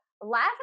laugh